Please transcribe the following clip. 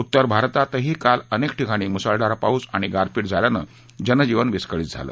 उत्तर भारतातीही काल अनेक ठिकाणी मुसळधार पाऊस आणि गारपीट झाल्यानं जनजीवन विस्कळीत झालं